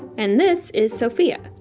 and this is sophia.